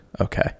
Okay